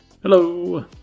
Hello